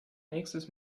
nächstes